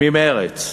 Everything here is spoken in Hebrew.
ממרצ.